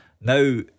Now